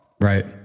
Right